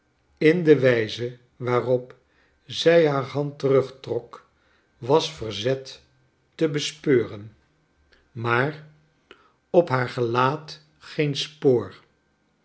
in de wijze waarop zij haar haud terugtrok was verzet te bespcuren charles dickens maar op haar gelaat geen spoor